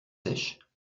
sèches